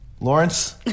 Lawrence